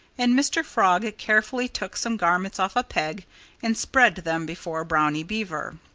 and mr. frog carefully took some garments off a peg and spread them before brownie beaver.